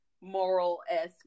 moral-esque